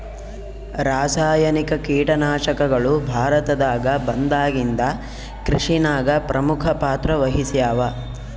ರಾಸಾಯನಿಕ ಕೀಟನಾಶಕಗಳು ಭಾರತದಾಗ ಬಂದಾಗಿಂದ ಕೃಷಿನಾಗ ಪ್ರಮುಖ ಪಾತ್ರ ವಹಿಸ್ಯಾವ